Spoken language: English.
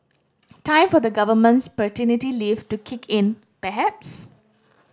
time for the government's paternity leave to kick in perhaps